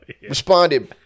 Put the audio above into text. Responded